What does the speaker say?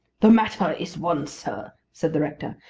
the matter is one, sir, said the rector,